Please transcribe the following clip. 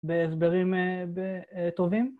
בהסברים טובים.